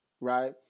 Right